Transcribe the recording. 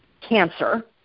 cancer